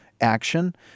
action